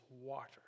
water